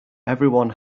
everyone